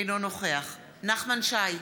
אינו נוכח נחמן שי,